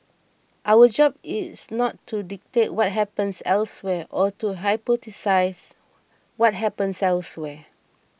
our job is not to dictate what happens elsewhere or to hypothesise what happens elsewhere